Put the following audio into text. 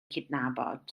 cydnabod